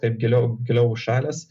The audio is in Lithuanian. taip giliau giliau užšalęs